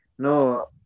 No